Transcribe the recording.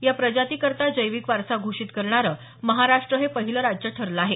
या प्रजातीकरिता जैविक वारसा घोषित करणारं महाराष्ट्र पहिलं राज्य ठरलं आहे